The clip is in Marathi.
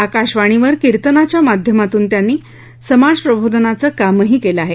आकाशवाणीवर कीर्तनाच्या माध्यमातून त्यांनी समाजप्रबोधनाचं कामही केलं आहे